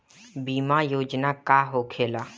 बीमा योजना का होखे ला?